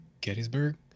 Gettysburg